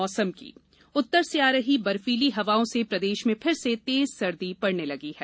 मौसम सर्दी उत्तर से आ रही बर्फीली हवाओं से प्रदेश फिर से तेज सर्दी पड़ने लगी है